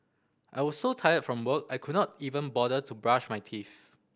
I was so tired from work I could not even bother to brush my teeth